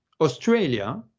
Australia